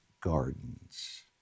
gardens